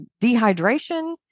dehydration